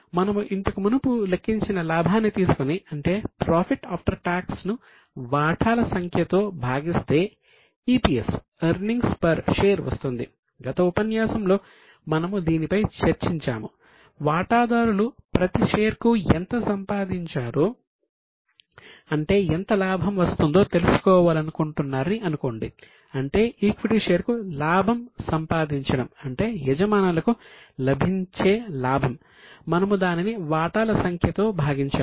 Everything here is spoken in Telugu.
మనము ఇంతకు మునుపు లెక్కించిన లాభాన్ని తీసుకుని అంటే ప్రాఫిట్ ఆఫ్టర్ టాక్స్ EPS అని పిలుస్తారు